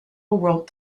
wrote